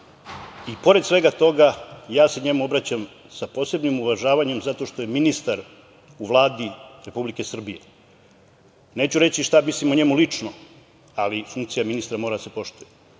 i pored svega toga, obraćam mu se sa posebnim uvažavanjem zato što je ministar u Vladi Republike Srbije. Neću reči šta mislim o njemu lično, ali funkcija ministra mora da se poštuje.